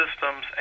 systems